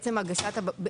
עצם הגשת הבקשה,